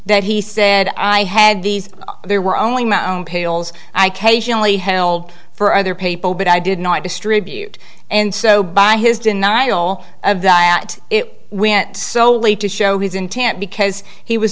that he said i had these there were only my own pills i k shelley held for other people but i did not distribute and so by his denial of that it went so late to show his intent because he was